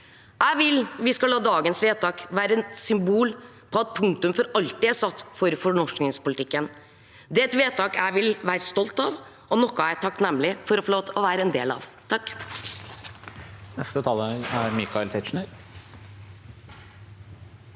Jeg vil vi skal la dagens vedtak være et symbol på at punktum for alltid er satt for fornorskingspolitikken. Det er et vedtak jeg vil være stolt av, og noe jeg er takknemlig for å få lov til å være en del av.